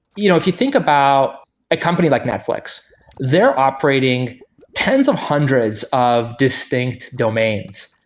you know if you think about a company like netflix they're operating tens of hundreds of distinct domains.